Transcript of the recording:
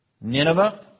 Nineveh